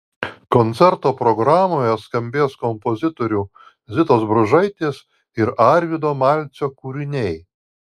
koncerto programoje skambės kompozitorių zitos bružaitės ir arvydo malcio kūriniai